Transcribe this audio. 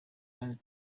kandi